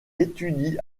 étudie